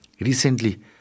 recently